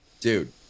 Dude